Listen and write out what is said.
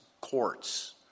courts